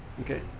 Okay